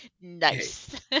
nice